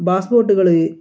bass ബോട്ടുകൾ